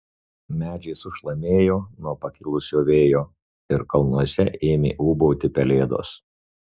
medžiai sušlamėjo nuo pakilusio vėjo ir kalnuose ėmė ūbauti pelėdos